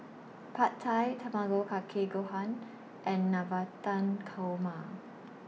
Pad Thai Tamago Kake Gohan and Navratan Korma